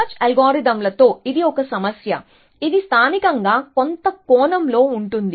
search అల్గారిథమ్లతో ఇది ఒక సమస్య ఇది స్థానికంగా కొంత కోణంలో ఉంటుంది